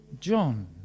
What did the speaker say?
John